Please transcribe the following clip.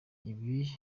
ibi